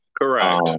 Correct